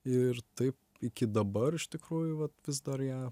ir taip iki dabar iš tikrųjų va vis dar ją